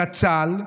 זצ"ל,